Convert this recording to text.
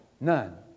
None